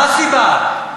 מה הסיבה?